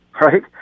right